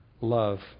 love